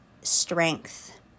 strength